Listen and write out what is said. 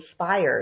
inspired